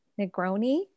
negroni